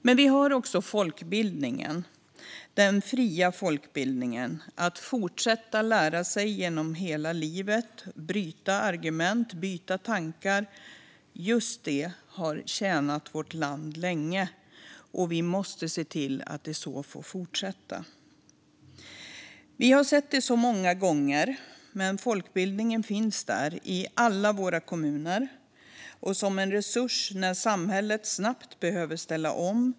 Men vi har också folkbildningen, den fria folkbildningen. Att fortsätta att lära sig i hela livet, att bryta argument och att byta tankar - just detta har tjänat vårt land länge, och vi måste se till att det får fortsätta så. Vi har sett det många gånger: Folkbildningen finns där i alla våra kommuner som en resurs när samhället snabbt behöver ställa om.